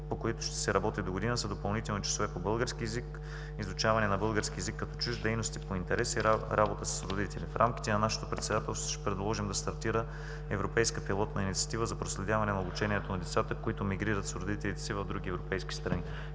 по които ще се работи догодина, са допълнителни часове по български език, изучаване на български език, като чужд, дейности по интереси, работа с родители. В рамките на нашето председателство ще предложим да стартира европейска пилотна инициатива за проследяване на обучението на децата, които мигрират с родителите си в други европейски страни.